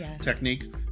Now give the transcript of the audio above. technique